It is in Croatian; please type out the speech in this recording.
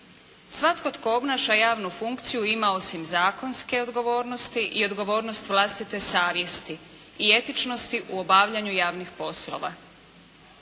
Svatko tko obnaša javnu funkciju ima osim zakonske odgovornosti i odgovornost vlastite savjesti i etičnosti u obavljanju javnih poslova.